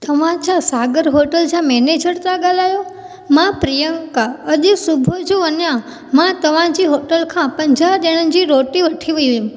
तव्हां छा सागर होटल जा मेनेजर था ॻाल्हायो मां प्रियंका अॼु सुबुह जो अञा मां तव्हां जी होटल खां पंजाह ॼणनि जी रोटी वठी वई हुयमि